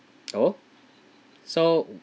oh so